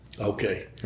Okay